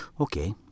okay